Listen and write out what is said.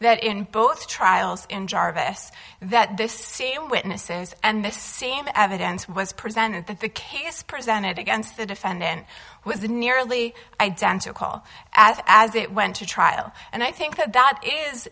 that in both trials in jarvis that this same witnesses and the same evidence was presented that the case presented against the defendant was the nearly identical as as it went to trial and i think that that is